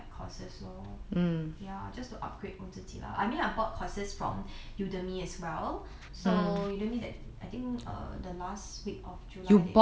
like courses lor ya just to upgrade 我自己 lah I mean I bought courses from udemy as well so udemy that I think err the last week of july